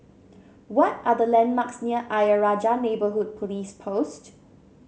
what are the landmarks near Ayer Rajah Neighbourhood Police Post